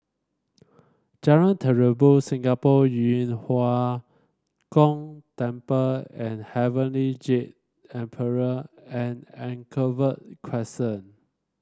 Jalan Terubok Singapore Yu Huang Gong Temple and Heavenly Jade Emperor and Anchorvale Crescent